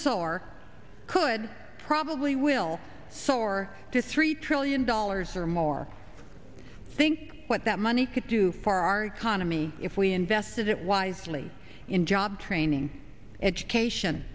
soar could probably will soar to three trillion dollars or more think what that money could do for our economy if we invested it wisely in job training education